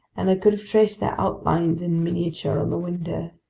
and i could have traced their outlines in miniature on the window.